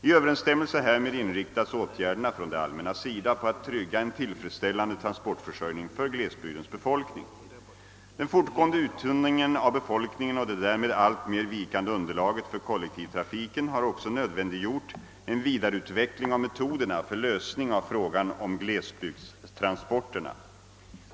I överensstämmelse härmed inriktas åtgärderna från det allmänna på att trygga en tillfredsställande transportförsörjning för glesbygdens befolkning. Den fortgående uttunningen av befolkningen och det därmed alltmer vikande underlaget för kollektivtrafiken har också nödvändiggjort en vidareutveckling av metoderna för lösning av frågan om glesbygdstransporterna.